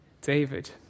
David